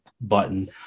button